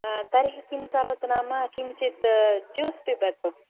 तर्हि किं करोतु नाम किञ्चित् ज्यूस् पिबतु